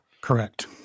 Correct